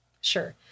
Sure